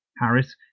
Harris